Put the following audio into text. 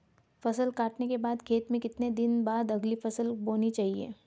फसल काटने के बाद खेत में कितने दिन बाद अगली फसल बोनी चाहिये?